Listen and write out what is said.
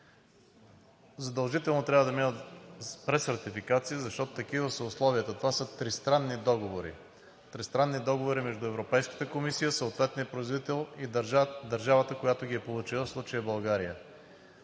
задължително трябва да минат през ратификация, защото такива са условията. Това са тристранни договори – тристранни договори между Европейската комисия, съответния производител и държавата, която ги е получила, в случая България.